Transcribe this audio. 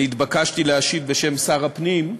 אני התבקשתי להשיב בשם שר הפנים,